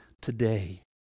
today